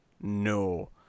no